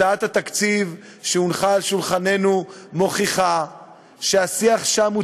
הצעת התקציב שהונחה על שולחננו מוכיחה שהשיח שם הוא